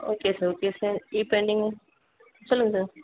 okay sir okay sir இ pending சொல்லுங்கள் sir